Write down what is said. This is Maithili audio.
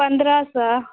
पन्द्रह सए